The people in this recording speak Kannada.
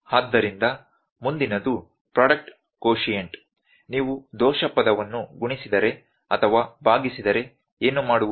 ಆದ್ದರಿಂದ ಮುಂದಿನದು ಪ್ರಾಡಕ್ಟ್ ಕೋಶಿಎಂಟ್ ನೀವು ದೋಷ ಪದವನ್ನು ಗುಣಿಸಿದರೆ ಅಥವಾ ಭಾಗಿಸಿದರೆ ಏನು ಮಾಡುವುದು